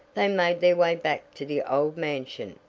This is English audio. they made their way back to the old mansion.